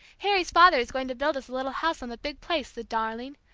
harry's father is going to build us a little house on the big place, the darling,